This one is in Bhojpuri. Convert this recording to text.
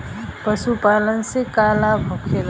पशुपालन से का लाभ होखेला?